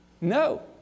No